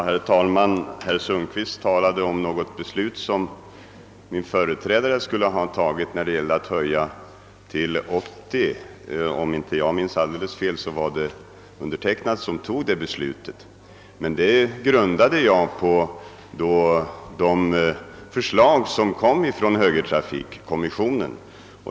Herr talman! Herr Sundkvist talade om ett beslut som min företrädare skulle ha fattat om höjning av hastighetsgränsen till 80 km i timmen. Om jag inte minns alldeles fel, var det jag som fattade det beslutet. Men det grundade jag på det förslag som framlades av högertrafikkommissionen.